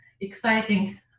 exciting